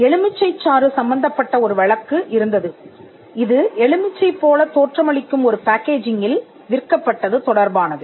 எலுமிச்சைச் சாறு சம்பந்தப்பட்ட ஒரு வழக்கு இருந்தது இது எலுமிச்சை போலத் தோற்றமளிக்கும் ஒரு பேக்கேஜிங்கில் விற்கப்பட்டது தொடர்பானது